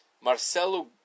Marcelo